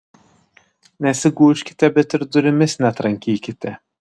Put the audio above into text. nesigūžkite bet ir durimis netrankykite